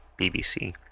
BBC